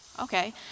okay